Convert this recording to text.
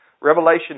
Revelation